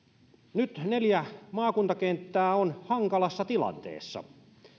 nyt neljä maakuntakenttää on hankalassa tilanteessa